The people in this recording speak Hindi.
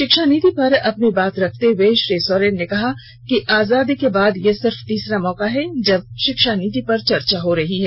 शिक्षा नीति पर अपनी बात रखते हुए श्री सोरेन ने कहा कि आजादी के बाद यह सिर्फ तीसरा मौका है जब शिक्षा नीति पर चर्चा हो रही है